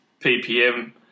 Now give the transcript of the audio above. PPM